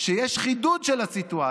פה שיש חידוד של הסיטואציה